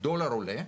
והדולר עולה,